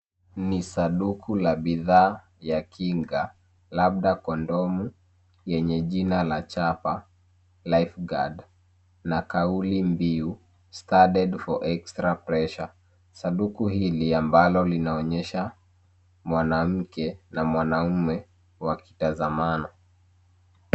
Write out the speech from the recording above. Ni sanduku la bidhaa ya kinga, labda kondomu, lenye jina la chapa “Lifeguard” na kaulimbiu “Studded for Extra Pleasure.” Sanduku hili lina picha inayoonyesha mwanaume na mwanamke wakiwa kwenye pozo la mapenzi